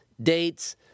dates